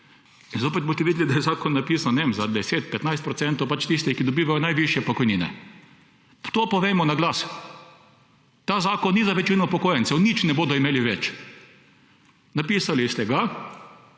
Zopet boste videli, da je zakon napisan, ne vem, za 10, 15 procentov pač tistih, ki dobivajo najvišje pokojnine. To povejmo naglas. Ta zakon ni za večino upokojencev! Nič ne bodo imeli več. Napisali ste ga